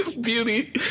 beauty